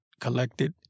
collected